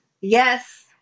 Yes